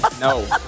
no